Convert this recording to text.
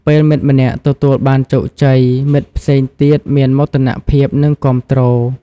ពេលមិត្តម្នាក់ទទួលបានជោគជ័យ មិត្តផ្សេងទៀតមានមោទនភាព និងគាំទ្រ។